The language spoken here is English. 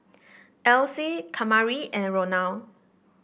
Else Kamari and Ronald